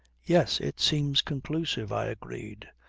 yes. it seems conclusive, i agreed.